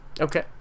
Okay